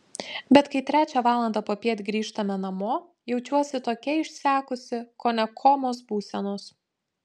bet kai trečią valandą popiet grįžtame namo jaučiuosi tokia išsekusi kone komos būsenos